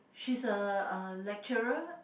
she's a uh lecturer